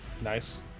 Nice